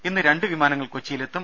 ഇന്ന് രണ്ട് വിമാനങ്ങൾ കൊച്ചിയിലെത്തും